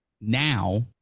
now